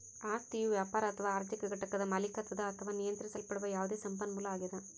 ಆಸ್ತಿಯು ವ್ಯಾಪಾರ ಅಥವಾ ಆರ್ಥಿಕ ಘಟಕದ ಮಾಲೀಕತ್ವದ ಅಥವಾ ನಿಯಂತ್ರಿಸಲ್ಪಡುವ ಯಾವುದೇ ಸಂಪನ್ಮೂಲ ಆಗ್ಯದ